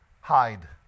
hide